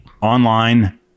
online